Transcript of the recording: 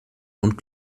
und